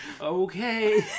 okay